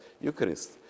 Eucharist